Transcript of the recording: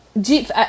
jeep